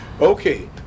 Okay